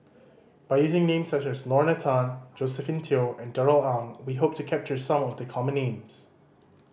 by using names such as Lorna Tan Josephine Teo and Darrell Ang we hope to capture some of the common names